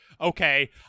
okay